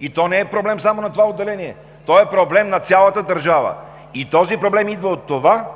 И то не е проблем само на това отделение, а е проблем на цялата държава. Този проблем идва от това,